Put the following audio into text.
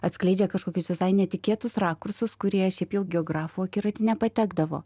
atskleidžia kažkokius visai netikėtus rakursus kurie šiaip jau geografų akiratį nepatekdavo